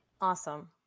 Awesome